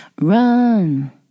run